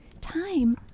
Time